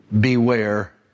Beware